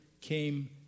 came